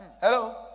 Hello